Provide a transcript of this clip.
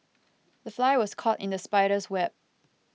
the fly was caught in the spider's web